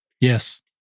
Yes